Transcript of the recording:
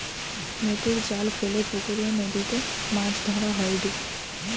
নেটের জাল ফেলে পুকরে, নদীতে মাছ ধরা হয়ঢু